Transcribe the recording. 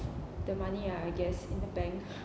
the money ah I guess in the bank